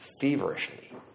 feverishly